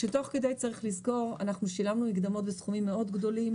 תוך כדי צריך לזכור שאנחנו שילמנו מקדמות בסכומים גדולים מאוד